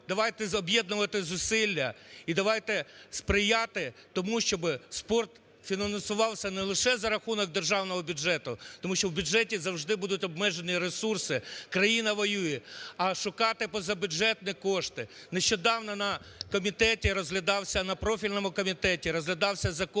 давайте об'єднувати зусилля і давайте сприяти тому, щоб спорт фінансувався не лише за рахунок державного бюджету. Тому що в бюджеті завжди будуть обмежені ресурси, країна воює, а шукати позабюджетні кошти. Нещодавно на комітеті розглядався,